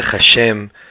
Hashem